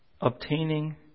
Obtaining